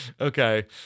Okay